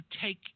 take